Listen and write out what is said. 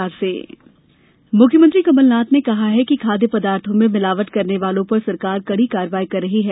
मिलावटखोर मुख्यमंत्री कमलनाथ ने कहा है कि खाद्य पदार्थो में मिलावट करने वालों पर सरकार कड़ी कार्रवाई कर रही है